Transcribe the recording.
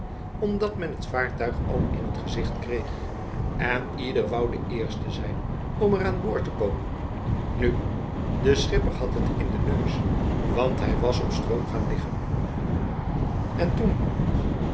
omdat men het vaartuig al in t gezicht kreeg en ieder wou de eerste zijn om er aan boord te komen nu de schipper had het in den neus want hij was op stroom gaan liggen en toen